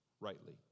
rightly